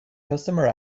customer